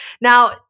Now